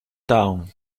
town